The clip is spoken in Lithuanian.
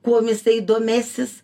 kuom jisai domėsis